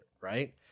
right